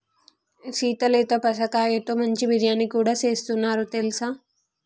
సీత లేత పనసకాయతో మంచి బిర్యానీ కూడా సేస్తున్నారు తెలుసా